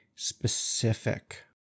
specific